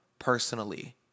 personally